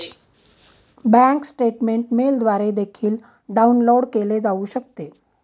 bank statement मेलद्वारे देखील download केले जाऊ शकते